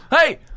Hey